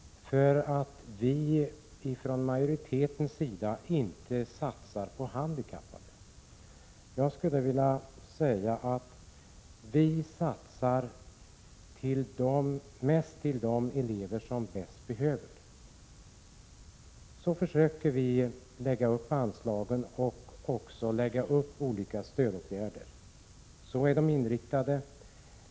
Han påstod att majoriteten inte satsar på handikappade. Jag skulle vilja säga att vi satsar mest på de elever som bäst behöver stöd. Vi försöker anpassa anslagen och olika stödåtgärder därefter. Detta är inriktningen.